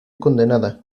condenada